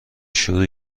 شور